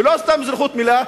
ולא סתם אזרחות מלאה,